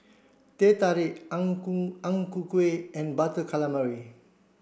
Teh Tarik Ang Ku Ang Ku Kueh and butter calamari